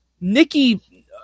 Nikki